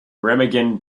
remagen